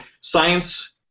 science